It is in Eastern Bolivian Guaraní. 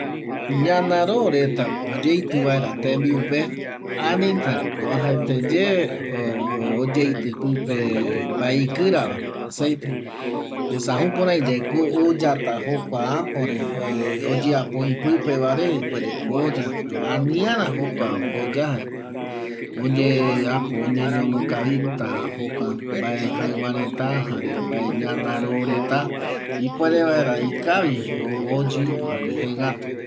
Ñanaro reta oyeitƚ vaera tembiupe anitako oajaeteye oyeitƚ pƚpe mbae ikƚrava aceite esa jukuraiyaeko oyata jokua apore oyea öi pƚpevare ipuerekomiya jaema aniara jokua oya jaeko oñeñono kavita jokua mbae jaƚvareta jare mbae ñanaro reta ipuere vaera ikavi oyƚ jare jengätu